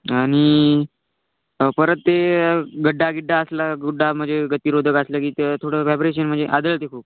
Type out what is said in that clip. आणि परत ते गड्डा गिड्डा असला गुड्डा म्हणजे गतिरोधक असलं की ते थोडं व्हायब्रेशन म्हणजे आदळते खूप